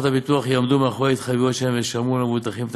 שבו ייפול לנטל על משפחתו ועל קרוביו,